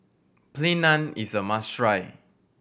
Plain Naan is a must try